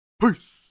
peace